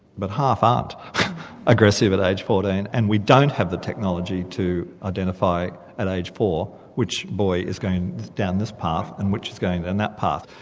but half aren't aggressive at age fourteen, and we don't have the technology to identify at age four, which boy is going down this path, and which is going in that path.